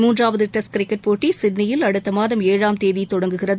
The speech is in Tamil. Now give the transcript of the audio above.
மூன்றாவது டெஸ்ட் கிரிக்கெட் போட்டி சிட்னியில் அடுத்த மாதம் ஏழாம் தேதி தொடங்குகிறது